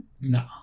no